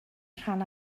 rhan